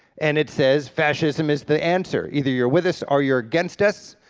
and it says, fascism is the answer, either you're with us or you're against us,